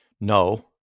No